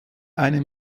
eine